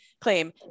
claim